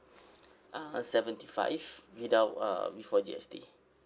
uh seventy five without uh before G_S_T